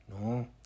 No